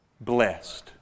Blessed